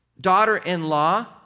daughter-in-law